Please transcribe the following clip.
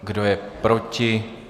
Kdo je proti?